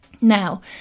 Now